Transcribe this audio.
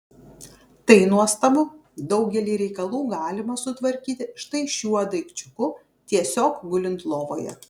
tai nuostabu daugelį reikalų galima sutvarkyti štai šiuo daikčiuku tiesiog gulint lovoje